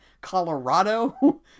Colorado